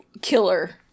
killer